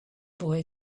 boy